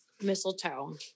mistletoe